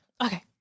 Okay